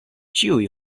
ĉiuj